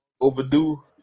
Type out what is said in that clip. overdue